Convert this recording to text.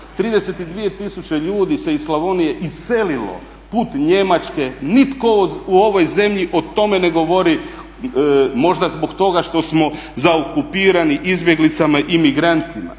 32000 ljudi se iz Slavonije iselilo put Njemačke. Nitko u ovoj zemlji o tome ne govori možda zbog toga što smo zaokupirani izbjeglicama, imigrantima.